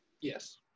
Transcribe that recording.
Yes